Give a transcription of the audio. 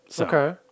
Okay